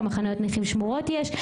כמה חניות נכים שמורות יש,